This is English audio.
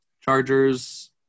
Chargers